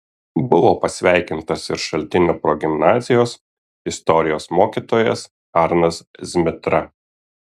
buvo pasveikintas ir šaltinio progimnazijos istorijos mokytojas arnas zmitra